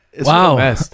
Wow